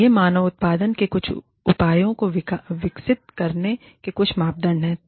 और ये मानव उत्पादन के कुछ उपायों को विकसित करने के कुछ मापदंड हैं